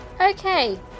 Okay